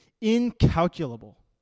incalculable